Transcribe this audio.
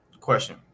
question